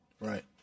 right